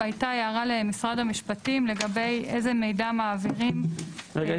הייתה הערה למשרד המשפטים לגבי איזה מידע מעבירים --- רגע,